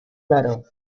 claro